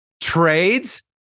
Trades